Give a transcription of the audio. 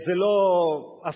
זה לא אסון.